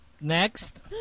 Next